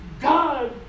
God